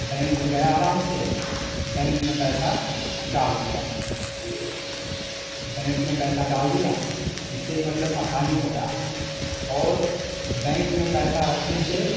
bank गया आराम से बैंक में पैसा डाल दिया बैंक में पैसा डाल दिया इससे यह मतलब आसानी हो गया और बैंक में पैसा रखने से